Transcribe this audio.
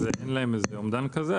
אבל למשטרה אין אומדן כזה.